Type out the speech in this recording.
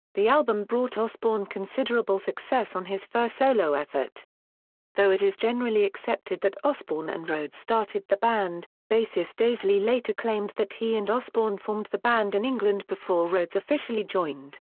the album brought osbourne considerable success on his first solo effort though it is generally accepted that osbourne and rhoads started the band, bassist daisley later claimed that he and osbourne formed the band in england before rhoads officially joined.